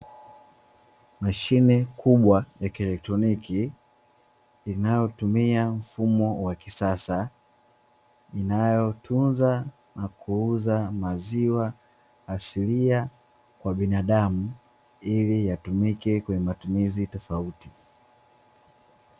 Mashine kubwa ya kielektroniki inayotumia mfumo wa kisasa inayotunza na kuuza maziwa asilia kwa binadamu ili yatumike kwa matumizi tofauti.